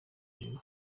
hejuru